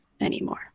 anymore